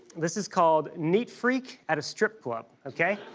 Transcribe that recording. this is called neat freak at a strip club, okay?